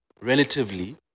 relatively